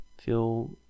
feel